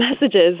messages